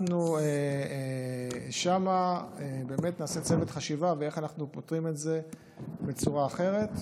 אנחנו שם באמת נעשה צוות חשיבה איך אנחנו פותרים את זה בצורה אחרת.